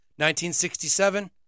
1967